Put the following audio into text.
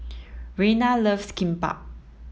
Reyna loves Kimbap